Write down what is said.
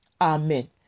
Amen